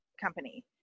company